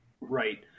Right